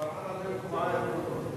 שפרעם עד היום תקועה עם אותו דואר.